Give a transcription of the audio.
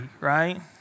right